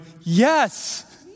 Yes